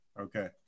Okay